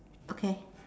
okay